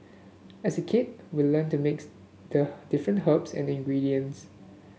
as a kid we learnt to mix the different herbs and ingredients